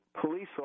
police